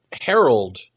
Harold